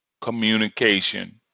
communication